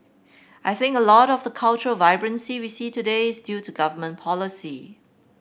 I think a lot of the cultural vibrancy we see today is due to government policy